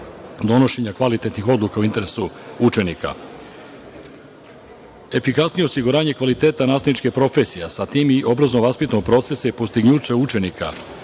donošenja kvalitetnih odluka u interesu učenika. Efikasnije osiguranje kvaliteta nastavničke profesije, a sa tim i obrazovno-vaspitnog procesa i postignuća učenika